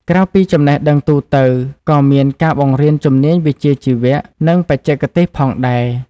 ក្រៅពីចំណេះដឹងទូទៅ ក៏មានការបង្រៀនជំនាញវិជ្ជាជីវៈ និងបច្ចេកទេសផងដែរ។